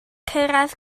cyrraedd